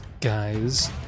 guys